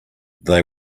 they